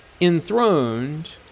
enthroned